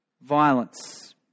Violence